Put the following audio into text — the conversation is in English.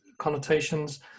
connotations